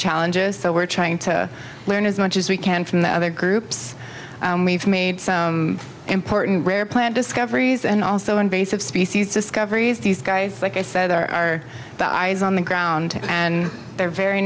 challenges so we're trying to learn as much as we can from the other groups and we've made some important rare plant discoveries and also invasive species discoveries these guys like i said are our eyes on the ground and they're very